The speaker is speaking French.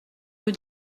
rue